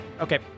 Okay